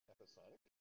Episodic